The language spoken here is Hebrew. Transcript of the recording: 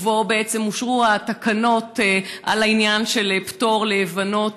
ובו אושרו התקנות על העניין של פטור לבנות,